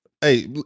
Hey